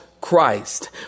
Christ